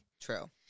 True